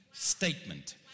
statement